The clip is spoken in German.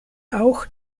auch